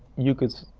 you could,